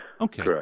Okay